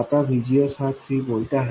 आताVGS हा 3 व्होल्ट आहे